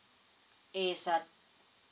it's uh